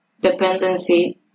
dependency